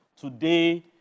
Today